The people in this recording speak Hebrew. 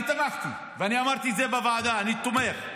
אני תמכתי, ואמרתי בוועדה שאני תומך.